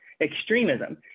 extremism